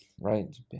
right